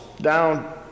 down